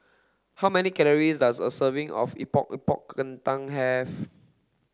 how many calories does a serving of Epok epok Kentang have